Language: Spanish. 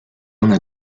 una